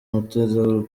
mutegarugori